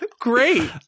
great